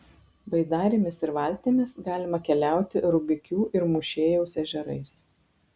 baidarėmis ir valtimis galima keliauti rubikių ir mūšėjaus ežerais